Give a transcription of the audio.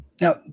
Now